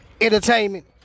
Entertainment